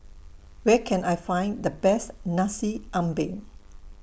Where Can I Find The Best Nasi Ambeng